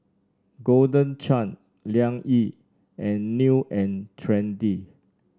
Golden Chance Liang Yi and New And Trendy